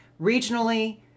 regionally